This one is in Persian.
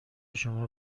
شما